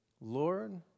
Lord